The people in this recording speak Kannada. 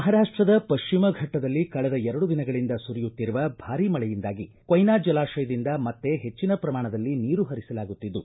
ಮಹಾರಾಷ್ಟದ ಪಶ್ಚಿಮ ಫಟ್ಟದಲ್ಲಿ ಕಳೆದ ಎರಡು ದಿನಗಳಿಂದ ಸುರಿಯುತ್ತಿರುವ ಭಾರಿ ಮಳೆಯಿಂದಾಗಿ ಕೊಯ್ನಾ ಜಲಾಶಯದಿಂದ ಮತ್ತೆ ಹೆಚ್ಚಿನ ಪ್ರಮಾಣದಲ್ಲಿ ನೀರು ಹರಿಸಲಾಗುತ್ತಿದ್ದು